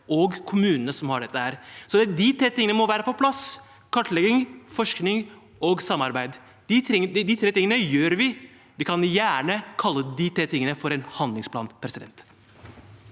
og kommunene som har dette. Så de tre tingene må være på plass: kartlegging, forskning og samarbeid. De tre tingene gjør vi. Vi kan gjerne kalle disse tre tingene for en handlingsplan. Presidenten